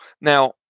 Now